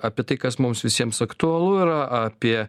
apie tai kas mums visiems aktualu yra apie